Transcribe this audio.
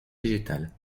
végétale